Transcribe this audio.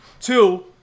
Two